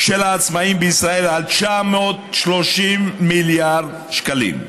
של העצמאים בישראל על 930 מיליארד שקלים.